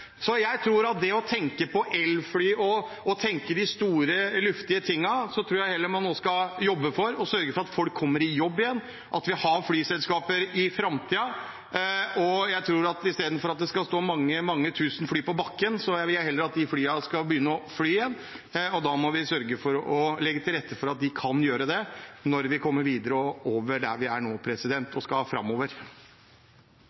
det å tenke på elfly og tenke de store luftige tankene, tror jeg man nå heller skal jobbe for å sørge for at folk kommer i jobb igjen, og at vi har flyselskaper i framtiden. I stedet for at det skal stå mange tusen fly på bakken, vil jeg heller at flyene skal begynne å fly igjen. Da må vi sørge for å legge til rette for at de kan gjøre det når vi kommer videre – over der vi er nå